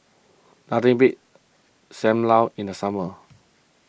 nothing beats Sam Lau in the summer